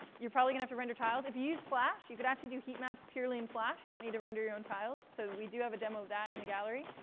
you're probably gonna have to render tiles. if you use flash, you could actually do heatmaps purely in flash. you don't need to render your own tiles, so we do have a demo of that in the gallery.